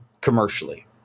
commercially